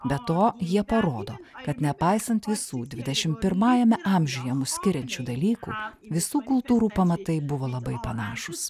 be to jie parodo kad nepaisant visų dvidešim pirmajame amžiuje mus skiriančių dalykų visų kultūrų pamatai buvo labai panašūs